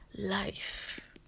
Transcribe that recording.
life